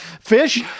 fish